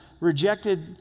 rejected